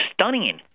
stunning